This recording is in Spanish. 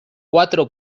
cuatro